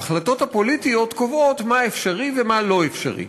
ההחלטות הפוליטיות קובעות מה אפשרי ומה לא אפשרי.